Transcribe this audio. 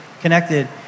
connected